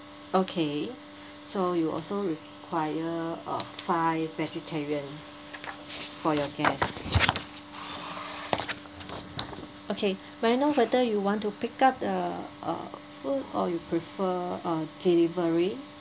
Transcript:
okay so you also require uh five vegetarian for your guest okay may I know whether you want to pick up the uh food or you prefer uh delivery